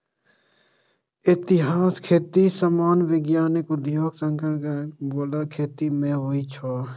एहि तरहक खेती सामान्यतः वाणिज्यिक उद्देश्य सं कैल जाइ बला खेती मे होइ छै